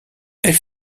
elle